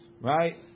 Right